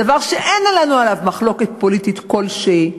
דבר שאין לנו עליו מחלוקת פוליטית כלשהי,